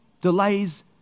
delays